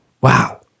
wow